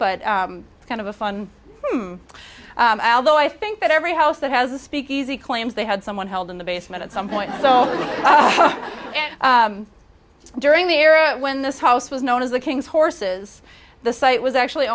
but it's kind of a fun although i think that every house that has a speakeasy claims they had someone held in the basement at some point during the era when this house was known as the king's horses the site was actually